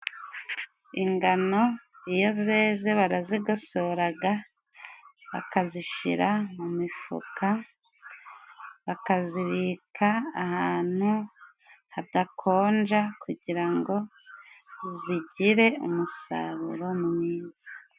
Ingano iyo zeze barazigosoraga bakazishira mu mifuka, bakazibika ahantu hadakonja, kugira ngo zigire umusaruro mwiza.